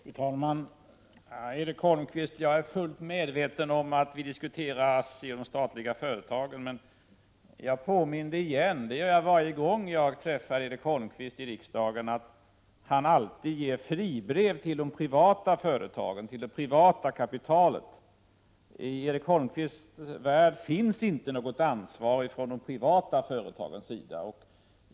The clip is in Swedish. Fru talman! Jo, Erik Holmkvist, jag är fullt medveten om att vi diskuterar ASSI och statliga företag. Men jag påminde — det gör jag varje gång jag träffar Erik Holmkvist i riksdagen — om att han alltid ger fribrev till det privata kapitalet. I Erik Holmkvists värld finns inte något ansvar från de privata företagens sida.